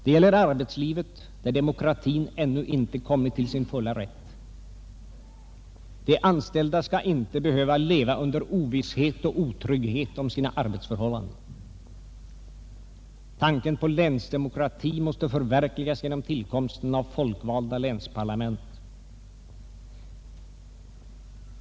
Det gäller arbetslivet där demokratin ännu inte kommit till sin fulla rätt. De anställda skall inte behöva leva under ovisshet och otrygghet om sina arbetsförhållanden. Tanken på länsdemokrati måste förverkligas genom tillkomsten av folkvalda länsparlament.